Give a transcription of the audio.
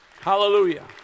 Hallelujah